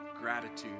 gratitude